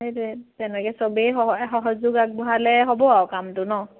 সেইটোৱ তেনেকে চবেই সহযোগ আগবঢ়ালে হ'ব আৰু কামটো ন